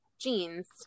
jeans